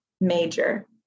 major